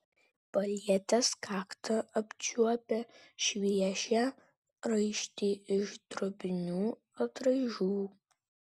palietęs kaktą apčiuopė šviežią raištį iš drobinių atraižų